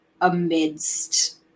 amidst